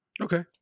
okay